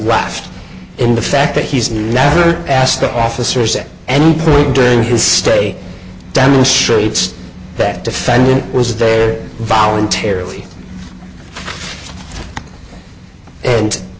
raft in the fact that he's never asked officers at any point during his stay demonstrates that defendant was there voluntarily and